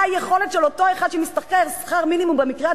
מה היכולת של אותו אחד שמשתכר שכר מינימום במקרה הטוב,